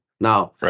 Now